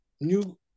new